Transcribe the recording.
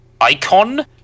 icon